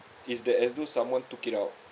is that as though someone took it out